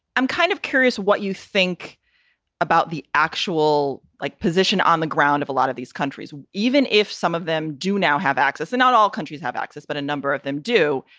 i'm kind of curious what you think about the actual like position on the ground of a lot of these countries, even if some of them do now have access and not all countries have access. but a number of them do.